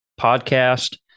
podcast